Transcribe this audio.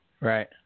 Right